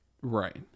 Right